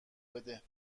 بده